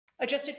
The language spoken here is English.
Adjusted